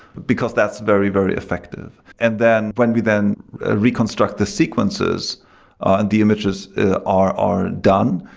because that's very, very effective. and then when we then reconstruct the sequences and the images are are done,